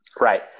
right